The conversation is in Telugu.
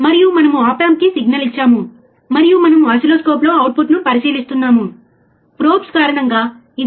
కాబట్టి ఫ్రీక్వెన్సీని కొలవడానికి మేము పట్టిక లేదా పట్టికలోని కాలమ్ వైపు చూడటం లేదు